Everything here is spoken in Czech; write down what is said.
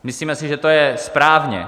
Myslíme si, že to je správně.